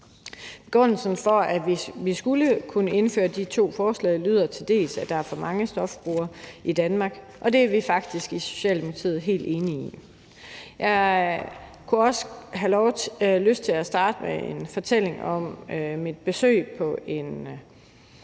begrundelse for, at vi skal indføre de to forslag, er, at der er for mange stofbrugere i Danmark, og det er vi faktisk i Socialdemokratiet helt enige i. Jeg kunne have lyst til at starte med en fortælling om mit besøg på en